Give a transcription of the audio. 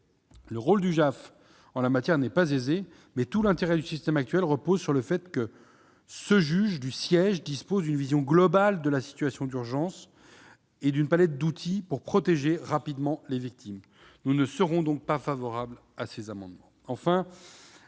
le rôle du JAF en la matière n'est pas aisé, mais tout l'intérêt du système actuel repose sur le fait que ce juge du siège dispose d'une vision globale de la situation d'urgence et d'une palette d'outils pour protéger rapidement les victimes. Nous ne serons donc pas favorables à ces amendements.